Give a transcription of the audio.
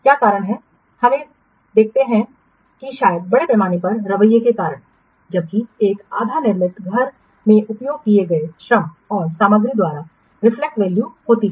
क्या कारण है हमें देखते हैं कि शायद बड़े पैमाने पर रवैये के कारण जबकि एक आधा निर्मित घर में उपयोग किए गए श्रम और सामग्री द्वारा रिफ्लेक्टेड वैल्यू होता है